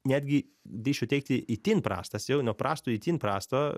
netgi drįsčiau teigti itin prastas jau nuo prasto itin prasto